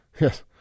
Yes